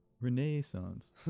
Renaissance